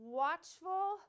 watchful